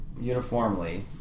uniformly